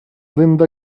linda